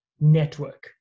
network